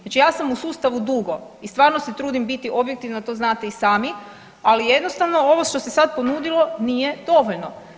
Znači ja sam u sustavu dugo i stvarno se trudim biti objektivna, to znate i sami, ali jednostavno ovo što se sad ponudilo nije dovoljno.